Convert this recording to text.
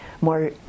more